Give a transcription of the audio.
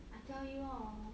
I tell you hor